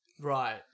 Right